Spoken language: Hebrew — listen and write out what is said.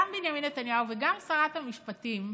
גם בנימין נתניהו וגם שרת המשפטים,